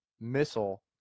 missile